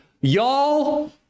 y'all